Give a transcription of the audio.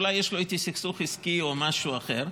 אולי יש לו איתי סכסוך עסקי או משהו אחר,